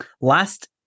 Last